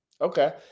Okay